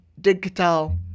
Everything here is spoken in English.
digital